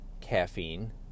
caffeine